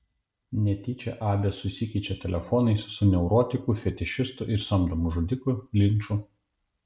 netyčia abė susikeičia telefonais su neurotiku fetišistu ir samdomu žudiku linču